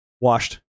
Washed